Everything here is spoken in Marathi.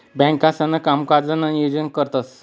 बँकांसणा कामकाजनं नियोजन करतंस